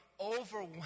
overwhelmed